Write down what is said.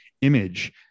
image